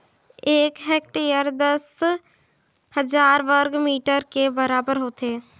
एक हेक्टेयर दस हजार वर्ग मीटर के बराबर होथे